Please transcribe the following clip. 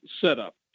setup